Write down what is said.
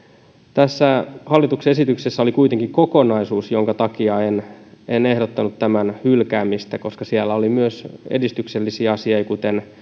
tässä hallituksen esityksessä oli kuitenkin kokonaisuus jonka takia en en ehdottanut tämän hylkäämistä koska siellä oli myös edistyksellisiä asioita kuten